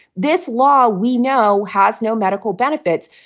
this law, we know, has no medical benefits.